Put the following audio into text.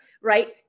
Right